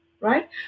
right